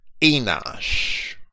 Enosh